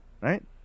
Right